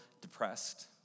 depressed